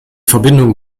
verbindung